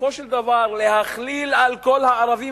ובסופו של דבר להכליל על כל הערבים,